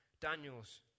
Daniel's